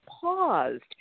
paused